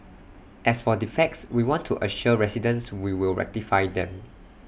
as for defects we want to assure residents we will rectify them